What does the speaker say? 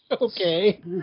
okay